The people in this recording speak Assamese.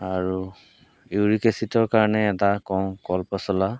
আৰু ইউৰিকেচিটৰ কাৰণে এটা কওঁ কল পচলা